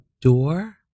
door